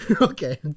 Okay